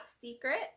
secret